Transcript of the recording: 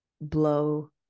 blow